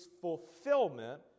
fulfillment